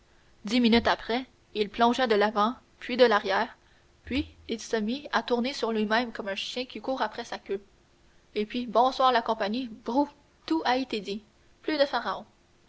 dix minutes après il plongea de l'avant puis de l'arrière puis il se mit à tourner sur lui-même comme un chien qui court après sa queue et puis bonsoir la compagnie brrou tout a été dit plus de pharaon